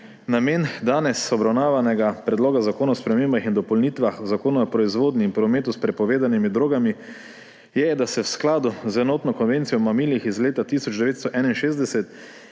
Namen danes obravnavanega Predloga zakona o spremembah in dopolnitvah Zakona o proizvodnji in prometu s prepovedanimi drogami je, da se v skladu z Enotno konvencijo o mamilih iz leta 1961,